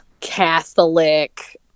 Catholic